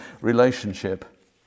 relationship